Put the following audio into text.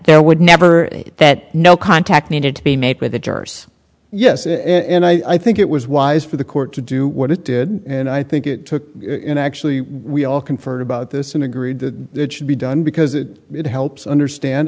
there would never be that no contact needed to be made by the jurors yes and i think it was wise for the court to do what it did and i think it took in actually we all conferred about this and agreed that it should be done because it helps understand